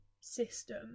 system